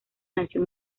nació